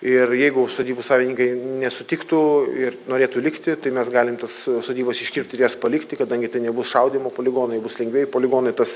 ir jeigu sodybų savininkai nesutiktų ir norėtų likti tai mes galim tas sodybas iškirpti ir jas palikti kadangi tai nebus šaudymo poligonai bus lengvieji poligonai tas